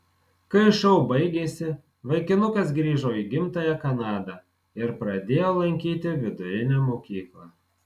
kai šou baigėsi vaikinukas grįžo į gimtąją kanadą ir pradėjo lankyti vidurinę mokyklą